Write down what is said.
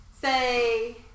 say